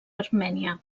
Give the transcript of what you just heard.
armènia